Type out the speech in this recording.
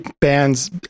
bands